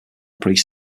priests